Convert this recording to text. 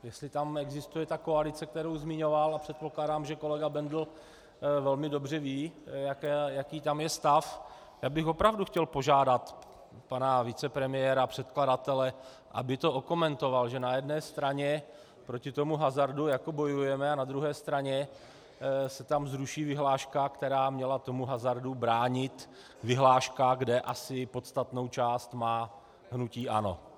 Jestli tam existuje ta koalice, kterou zmiňoval, a předpokládám, že kolega Bendl dobře ví, jaký tam je stav, tak bych opravdu chtěl požádat pana vicepremiéra, předkladatele, aby to okomentoval, protože na jedné straně proti tomu hazardu bojujeme, na druhé straně se tam zruší vyhláška, která měla hazardu bránit, vyhláška, kde asi podstatnou část má hnutí ANO.